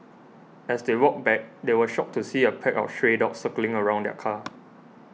as they walked back they were shocked to see a pack of stray dogs circling around the car